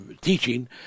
teaching